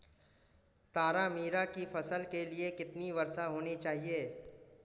तारामीरा की फसल के लिए कितनी वर्षा होनी चाहिए?